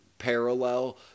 parallel